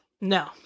No